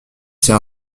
c’est